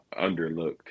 underlooked